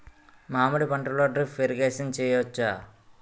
మామిడి పంటలో drip irrigation చేయచ్చా?